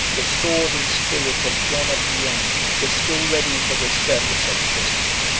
the sword and spirit of john of brienne were still ready for the service of christendom.